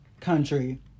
country